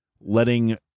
letting